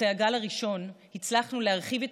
אחרי הגל הראשון הצלחנו להרחיב את